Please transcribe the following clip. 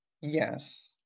Yes